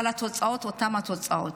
אבל התוצאות, אותן תוצאות.